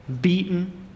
beaten